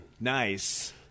Nice